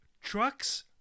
trucks